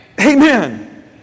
Amen